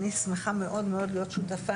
אני שמחה מאוד להיות שותפה.